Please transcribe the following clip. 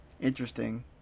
interesting